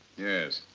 yes.